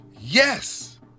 Yes